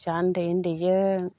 फिसा उन्दै उन्दैजों